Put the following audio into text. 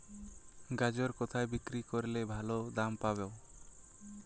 গাজর কোথায় বিক্রি করলে ভালো দাম পাব?